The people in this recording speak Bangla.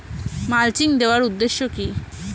মালচিং দেওয়ার উদ্দেশ্য কি?